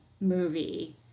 movie